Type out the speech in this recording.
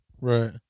Right